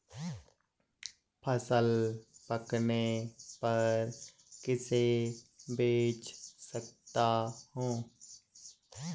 फसल पकने पर किसे बेच सकता हूँ?